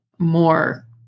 more